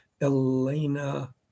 Elena